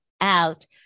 out